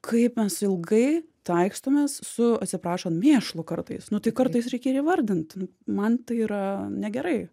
kaip mes ilgai taikstomės su atsiprašant mėšlu kartais nu tai kartais reikia ir įvardint nu man tai yra negerai